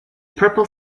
purple